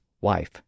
wife